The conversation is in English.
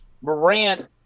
morant